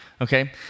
okay